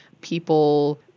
people